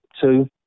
two